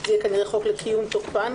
זה יהיה כנראה חוק ל"לקיום תוקפן",